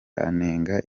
anenga